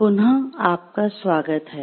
पुनः आपका स्वागत है